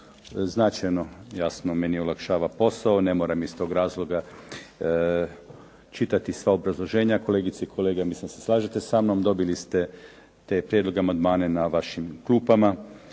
značajno jasno meni olakšava posao. Ne moram iz tog razloga čitati sva obrazloženja. Kolegice i kolege, ja mislim da se slažete sa mnom. Dobili ste te prijedloge, amandmane na vašim klupama